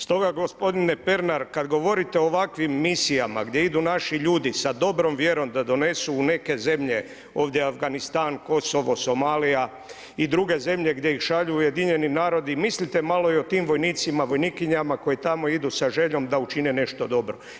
Stoga o gospodine Pernar kada govorite o ovakvim misijama gdje idu naši ljudi sa dobrom vjerom da donesu u neke zemlje ovdje Afganistan, Kosovo, Somalija i druge zemlje gdje ih šalju UN, mislite malo i o tim vojnicima, vojnikinjama koji tamo idu sa željom da učine nešto dobro.